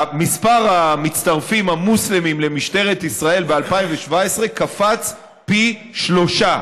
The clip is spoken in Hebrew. מספר המצטרפים המוסלמים למשטרת ישראל ב-2017 קפץ פי שלושה,